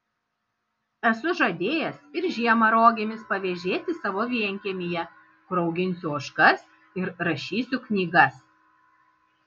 esu žadėjęs ir žiemą rogėmis pavėžėti savo vienkiemyje kur auginsiu ožkas ir rašysiu knygas